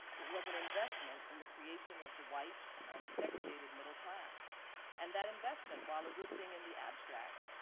it was an investment in the creation of the white and segregated middle class and that investment, while a good thing in the abstract,